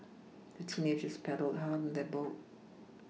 the teenagers paddled hard on their boat